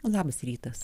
labas rytas